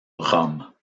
rome